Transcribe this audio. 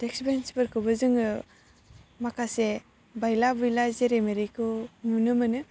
डेक्स बेन्सफोरखौबो जोङो माखासे बायला बुयला जेरै मेरैखौ नुनो मोनो